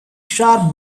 sharp